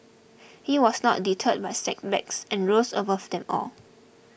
he was not deterred by setbacks and rose above them all